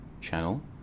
channel